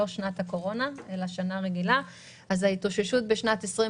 לא שנת הקורונה ההתאוששות בשנת 21